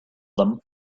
them